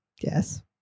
Yes